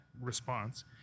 response